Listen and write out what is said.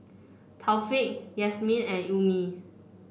Taufik Yasmin and Ummi